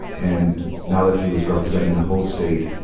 and now that he was representing the whole state,